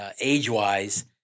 age-wise